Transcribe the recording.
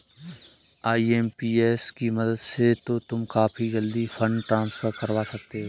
IMPS की मदद से तो तुम काफी जल्दी फंड ट्रांसफर करवा सकते हो